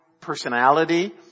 personality